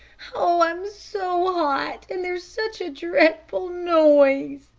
oh, i'm so hot, and there's such a dreadful noise,